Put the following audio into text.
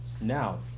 now